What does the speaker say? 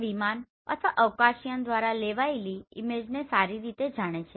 તે વિમાન અથવા અવકાશયાન દ્વારા લેવાયેલી ઈમેજને સારી રીતે જાણે છે